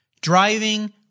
driving